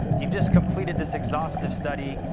you've just completed this exhaustive study.